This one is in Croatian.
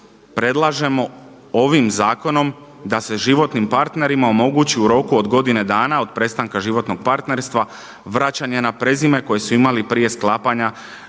predlažemo ovim Zakonom da se životnim partnerima omogući u roku od godine dana od prestanka životnog partnerstva vraćanje na prezime koje su imali prije sklapanja